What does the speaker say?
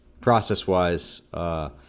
process-wise